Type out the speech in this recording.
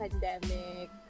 pandemic